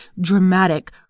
dramatic